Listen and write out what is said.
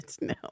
no